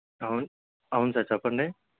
అవును అవును సార్ చెప్పండి